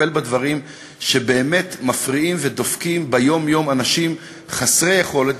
לטפל בדברים שבאמת מפריעים ודופקים ביום-יום אנשי חסרי יכולת,